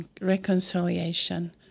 reconciliation